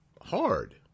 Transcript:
hard